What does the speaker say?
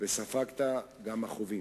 וספגת גם מכאובים.